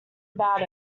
about